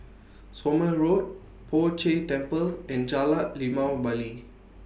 Somme Road Poh Jay Temple and Jalan Limau Bali